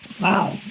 Wow